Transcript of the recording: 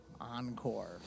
Encore